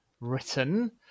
written